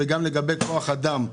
לגבי כוח אדם,